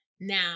Now